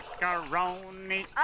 Macaroni